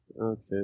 Okay